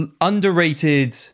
underrated